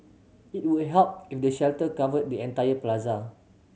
it would help if the shelter covered the entire plaza